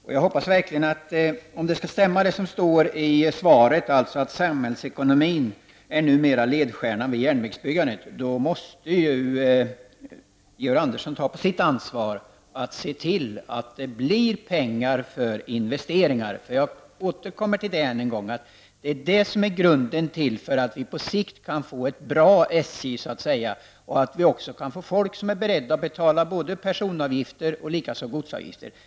Om det som står i svaret stämmer, dvs. att samhällsekonomin numera är ledstjärnan i järnvägsbyggandet, måste Georg Andersson ta på sitt ansvar att se till att man får pengar för investeringar. Jag vill än en gång återkomma till detta. Det är grunden till att vi på sikt kan få ett bra SJ och att människor är beredda att betala personavgifter och likaså godsavgifter.